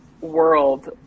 world